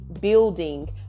building